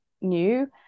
new